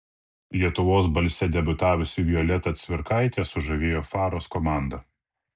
lietuvos balse debiutavusi violeta cvirkaitė sužavėjo faros komandą